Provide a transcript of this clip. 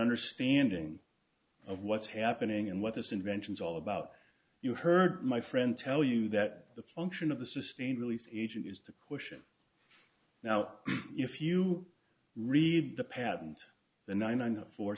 understanding of what's happening and what this invention is all about you heard my friend tell you that the function of the sustained releases agent is the question now if you read the patent the nine